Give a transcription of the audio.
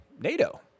NATO